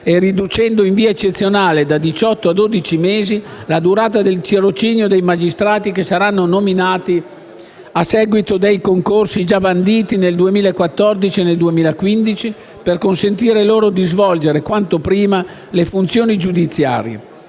e riducendo in via eccezionale, da diciotto a dodici mesi, la durata del tirocinio dei magistrati che saranno nominati a seguito dei concorsi già banditi (nel 2014 e nel 2015), per consentire loro di svolgere quanto prima le funzioni giudiziarie;